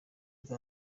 ati